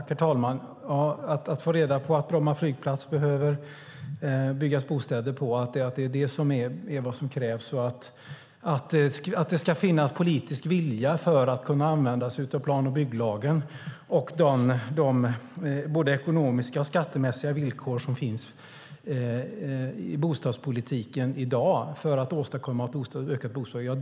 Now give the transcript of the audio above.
Herr talman! Vi får höra att det behöver byggas bostäder på Bromma flygplats, att det är vad som krävs och att det ska finnas politisk vilja för att man ska kunna använda sig av plan och bygglagen och de både ekonomiska och skattemässiga villkor som finns i bostadspolitiken i dag för att åstadkomma ökat bostadsbyggande.